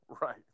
right